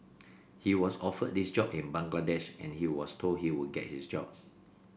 he was offered this job in Bangladesh and he was told he would get this job